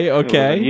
okay